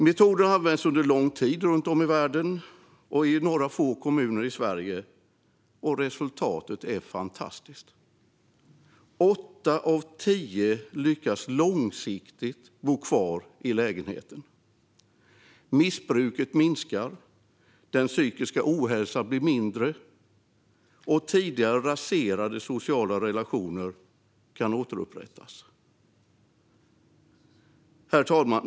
Metoden har använts under lång tid runt om i världen och i några få kommuner i Sverige, och resultatet är fantastiskt. Åtta av tio lyckas långsiktigt bo kvar i sin lägenhet. Missbruket minskar, den psykiska ohälsan blir mindre och tidigare raserade sociala relationer kan återuppbyggas. Herr talman!